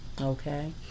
Okay